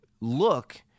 look